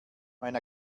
mein